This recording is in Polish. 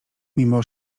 mimo